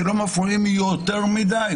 שלא מפריעים יותר מדי.